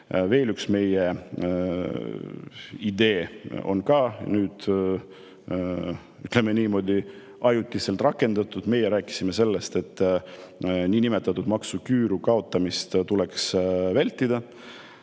veel üks meie idee on ka, ütleme niimoodi, ajutiselt rakendatud. Me rääkisime sellest, et niinimetatud maksuküüru kaotamist tuleks vältida.